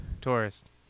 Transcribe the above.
tourist